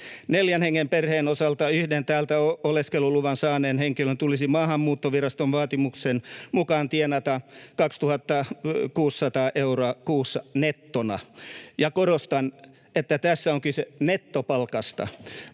Neljän hengen perheen osalta yhden täältä oleskeluluvan saaneen henkilön tulisi Maahanmuuttoviraston vaatimuksen mukaan tienata 2 600 euroa kuussa nettona — ja korostan, että tässä on kyse nettopalkasta.